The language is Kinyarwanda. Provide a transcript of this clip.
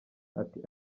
ati